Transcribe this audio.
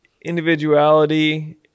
individuality